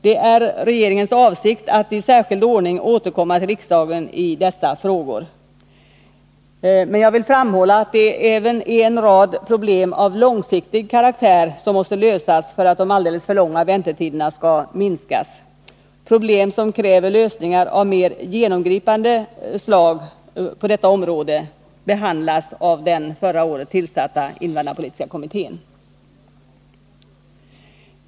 Det är regeringens avsikt att i särskild ordning återkomma till riksdagen i dessa frågor. Men jag vill framhålla att det även är en rad problem av långsiktig karaktär som måste lösas för att de alldeles för långa väntetiderna skall minskas. Problem som kräver lösningar av mer genomgripande slag på detta område behandlas av den förra året tillsatta invandrarpolitiska kommittén.